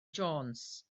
jones